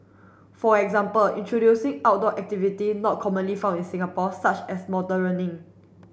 for example introducing outdoor activity not commonly found in Singapore such as mountaineering